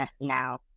now